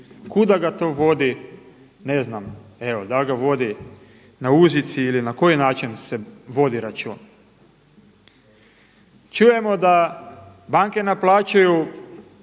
kuda ga to vodi. Ne znam, evo dal' ga vodi na uzici ili na koji način se vodi račun? Čujemo da banke naplaćuju